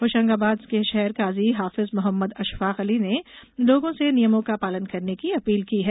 होशंगाबाद के शहर काजी हाफिज मोहम्मद अशफाक अली ने लोगों से नियमों का पालन करने की अपील की है